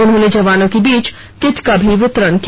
उन्होंने जवानों के बीच किट का भी वितरण किया